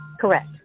Correct